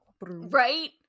Right